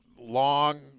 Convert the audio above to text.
long